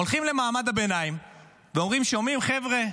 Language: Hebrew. הולכים למעמד הביניים ואומרים: שומעים חבר'ה,